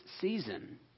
season